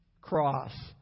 cross